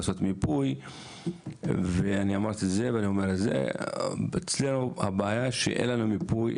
לעשות מיפוי ואני אמרתי את זה ואני אומר שהבעיה היא שאין לנו מיפוי,